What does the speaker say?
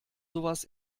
sowas